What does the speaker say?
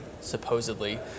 supposedly